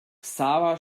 xaver